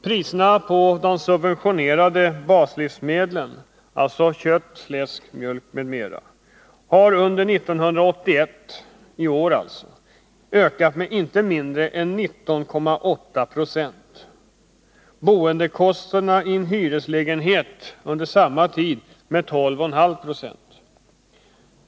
Priserna på de subventionerade baslivsmedlen, dvs. kött, fläsk, mjölk m.m., har under 1981 — i år alltså — ökat med inte mindre än 19,8 26 och boendekostnaden i en hyreslägenhet med 12,5 96.